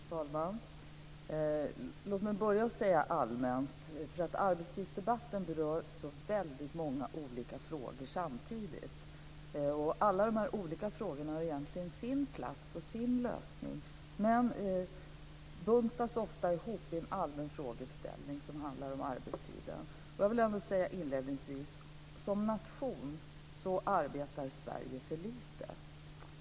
Fru talman! Låt mig börja med att allmänt säga att arbetstidsdebatten berör så väldigt många olika frågor samtidigt och att alla dessa olika frågor egentligen har sin plats och sin lösning men ofta buntas ihop i en allmän frågeställning som handlar om arbetstiden. Jag vill inledningsvis säga att som nation så arbetar Sverige för lite.